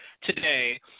today